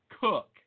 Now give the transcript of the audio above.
Cook